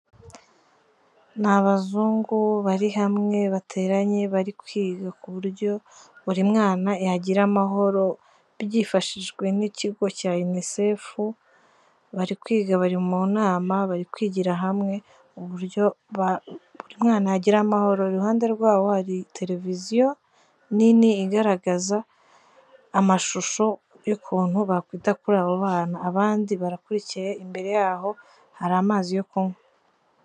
Ni abazungu bari hamwe bateranye bari kwiga ku buryo buri mwana yagira amahoro byifashijwe n'ikigo cya UNICEF, bari kwiga bari mu nama bari kwigira hamwe uburyo umwana agira amahoro iruhande rwabo hari televiziyo nini igaragaza amashusho y'ukuntu bakwita kuri abo bana, abandi barakurikiye imbere yaho hari amazi yo kunywa.